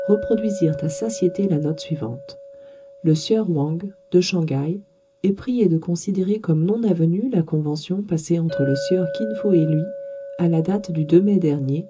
reproduisirent à satiété la note suivante le sieur wang de shang haï est prié de considérer comme non avenue la convention passée entre le sieur kin fo et lui à la date du mai dernier